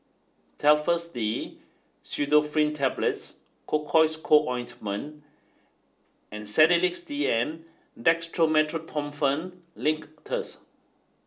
Telfast D Pseudoephrine Tablets Cocois Co Ointment and Sedilix D M Dextromethorphan Linctus